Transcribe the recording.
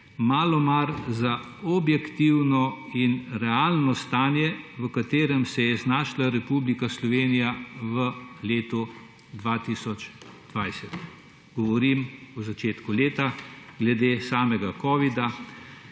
malo mar za objektivno in realno stanje, v katerem se je znašla Republika Slovenija v letu 2020, govorim o začetku leta, glede samega covida.